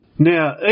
Now